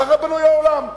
כך בנוי העולם.